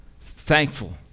Thankful